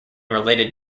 related